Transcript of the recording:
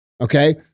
Okay